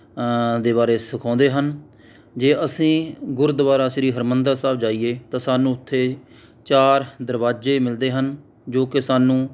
ਦੇ ਬਾਰੇ ਸਿਖਾਉਂਦੇ ਹਨ ਜੇ ਅਸੀਂ ਗੁਰਦੁਆਰਾ ਸ਼੍ਰੀ ਹਰਿਮੰਦਰ ਸਾਹਿਬ ਜਾਈਏ ਤਾਂ ਸਾਨੂੰ ਉੱਥੇ ਚਾਰ ਦਰਵਾਜ਼ੇ ਮਿਲਦੇ ਹਨ ਜੋ ਕੇ ਸਾਨੂੰ